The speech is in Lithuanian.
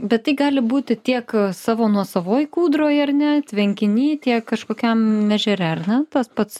bet tai gali būti tiek savo nuosavoj kūdroj ar ne tvenkiny tiek kažkokiam ežere ar ne tas pats